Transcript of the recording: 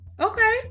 Okay